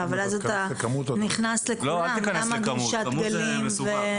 אבל אז אתה נכנס לפינה למה גלישת גלים ו...